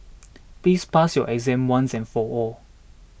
please pass your exam once and for all